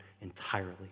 entirely